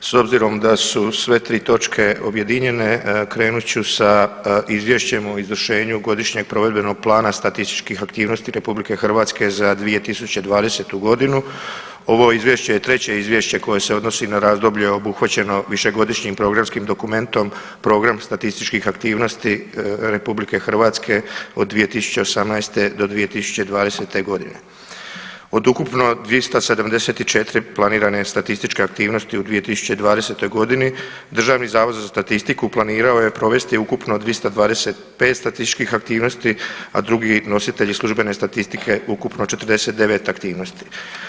S obzirom da su sve tri točke objedinjene krenut ću sa Izvješćem o izvršenju Godišnjeg provedbenog plana statističkih aktivnosti RH za 2020.g. ovo izvješće je treće izvješće koje se odnosi na razdoblje obuhvaćeno višegodišnjim programskim dokumentom program statističkih aktivnosti RH od 2018.-2020.g. Od ukupno 274 planirane statističke aktivnosti u 2020.g. DZS planirao je provesti ukupno 225 statističkih aktivnosti, a drugi nositelji službene statistike ukupno 49 aktivnosti.